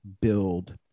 build